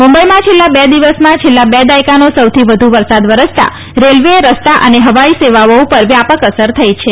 મુંબઇમાં છેલ્લા બે દિવસમાં છેલ્લા બે દાયકાનો સૌથી વધુ વરસાદ વરસતાં રેલ્વે રસ્તા અને હવાઇ સેવાઓ ઉપર વ્યાપક અસર થઇ છે